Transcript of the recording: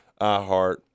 iHeart